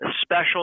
special